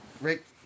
Rick